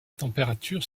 température